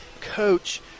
coach